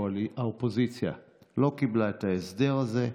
שהאופוזיציה לא קיבלה את ההסדר הזה.